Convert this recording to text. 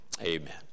Amen